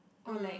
or like